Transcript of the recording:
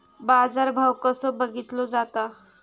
बाजार भाव कसो बघीतलो जाता?